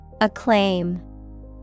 acclaim